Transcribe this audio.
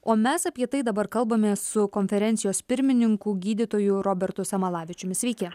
o mes apie tai dabar kalbamės su konferencijos pirmininku gydytoju robertu samalavičiumi sveiki